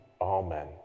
Amen